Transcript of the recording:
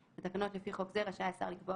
(ב)בתקנות לפי חוק זה רשאי השר לקבוע